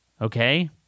Okay